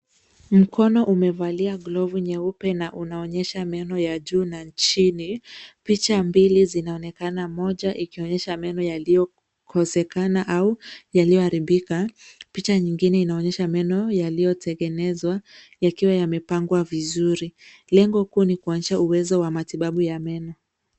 Mkono umevalia glovu nyeupe na unaonyesha meno ya juu na chini. Picha mbili zinaonekana moja ikionyesha meno yaliyokosekana au yaliyoharibika. Picha nyingine inaonyesha meno yaliyotengenezwa yakiwa yamepangwa vizuri. Lengo kuu nikuonyesha uwezo wa matibabu ya meno.